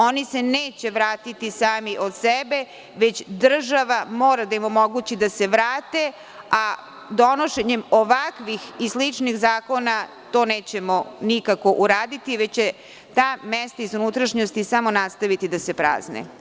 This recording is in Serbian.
Oni se neće vratiti sami od sebe, već država mora da im omogući da se vrate, a donošenjem ovakvih i sličnih zakona to nećemo nikako uraditi, već će ta mesta iz unutrašnjosti samo nastaviti da se prazne.